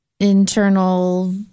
internal